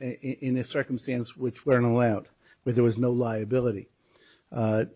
in a circumstance which were in a way out where there was no liability